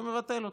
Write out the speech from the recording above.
ומבטל אותו,